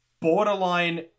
borderline